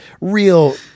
real